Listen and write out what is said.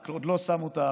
רק עוד לא שמו תאריך.